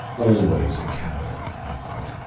always a coward i thought.